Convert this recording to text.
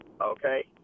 Okay